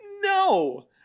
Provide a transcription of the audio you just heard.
No